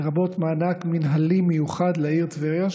לרבות מענק מינהלי מיוחד לעיר טבריה,